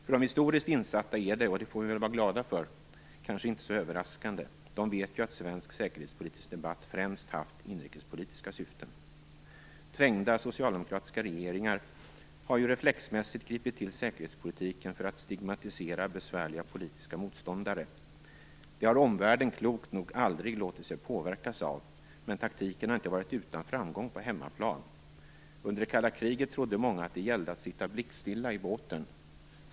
För de historiskt insatta är det, och det får vi väl vara glada över, kanske inte så överraskande. De vet ju att svensk säkerhetspolitisk debatt främst haft inrikespolitiska syften. Trängda socialdemokratiska regeringar har reflexmässigt gripit till säkerhetspolitiken för att stigmatisera besvärliga politiska motståndare. Det har omvärlden klokt nog aldrig låtit sig påverkas av, men taktiken har inte varit utan framgång på hemmaplan. Under det kalla kriget trodde många att det gällde att sitta blickstilla i båten.